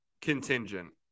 contingent